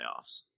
playoffs